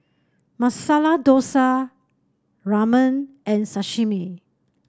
Masala Dosa Ramen and Sashimi